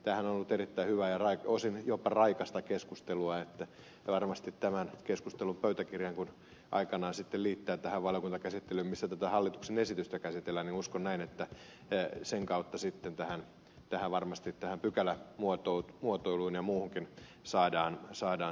tämähän on ollut erittäin hyvää ja osin jopa raikasta keskustelua ja kun tämän keskustelun pöytäkirjan aikanaan sitten liittää valiokuntakäsittelyyn missä tätä hallituksen esitystä käsitellään niin uskon että sen kautta sitten tähän pykälämuotoiluun ja muuhunkin saadaan selvyys